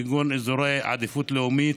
כגון אזורי עדיפות לאומית,